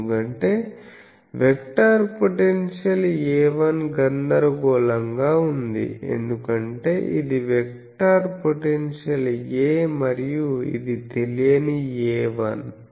ఎందుకంటే vector potential A 1 గందరగోళంగా ఉంది ఎందుకంటే ఇది వెక్టర్ పొటెన్షియల్ A మరియు ఇది తెలియని A1